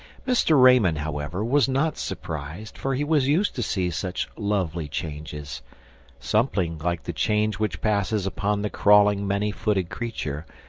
mr. raymond, however, was not surprised, for he was used to see such lovely changes something like the change which passes upon the crawling, many-footed creature,